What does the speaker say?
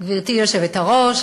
גברתי היושבת-ראש,